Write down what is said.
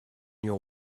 your